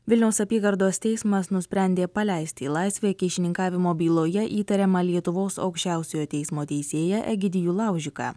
vilniaus apygardos teismas nusprendė paleisti į laisvę kyšininkavimo byloje įtariamą lietuvos aukščiausiojo teismo teisėją egidijų laužiką